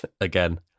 Again